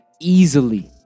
easily